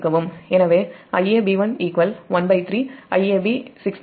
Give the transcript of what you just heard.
எனவே Iab1 13 Iab6